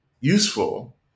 useful